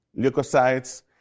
leukocytes